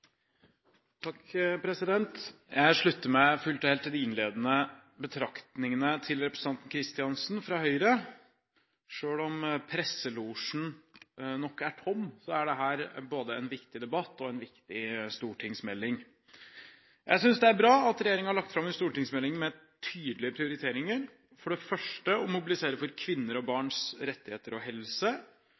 tom, er dette både en viktig debatt og en viktig stortingsmelding. Jeg synes det er bra at regjeringen har lagt fram en stortingsmelding med tydelige prioriteringer: for det første å mobilisere for kvinners og barns rettigheter og helse,